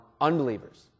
unbelievers